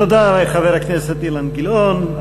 תודה, חבר הכנסת אילן גילאון.